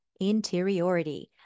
interiority